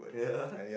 yeah